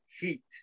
heat